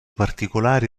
particolari